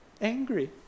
angry